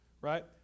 right